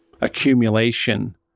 accumulation